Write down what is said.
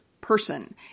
person